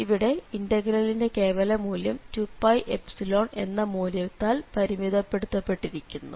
ഇവിടെ ഇന്റഗ്രലിന്റെ കേവലമൂല്യം 2πϵ എന്ന മൂല്യത്താൽ പരിമിതപ്പെടുത്തുക പെട്ടിരിക്കുന്നു